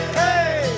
hey